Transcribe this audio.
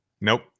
Nope